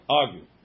argue